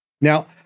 Now